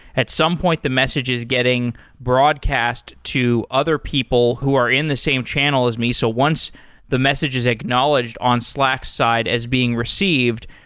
at some point the message is getting broadcast to other people who are in the same channel as me. so once the message is acknowledged on slack's side as being received,